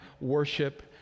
worship